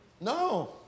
No